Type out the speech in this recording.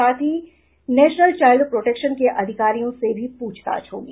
साथ ही national child protection के अधिकारियों से भी पूछताछ होगी